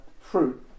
fruit